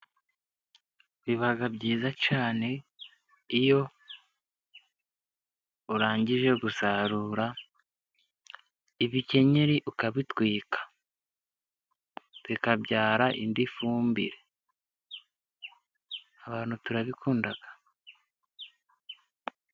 Biba byiza cyane, iyo urangije gusarura ibikenyeri ukabitwika, bikabyara indi fumbire abantu turabikunda.